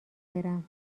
برم